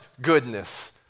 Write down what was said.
goodness